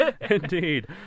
Indeed